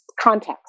context